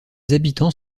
habitants